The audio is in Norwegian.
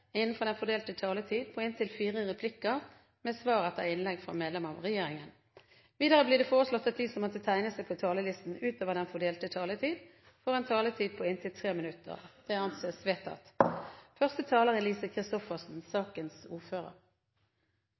innenfor den fordelte taletid. Videre blir det foreslått at de som måtte tegne seg på talerlisten utover den fordelte taletid, får en taletid på inntil 3 minutter. – Det anses vedtatt. Første taler er Kjersti Toppe, som er sakens ordfører.